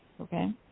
okay